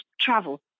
travel